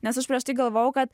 nes aš prieš tai galvojau kad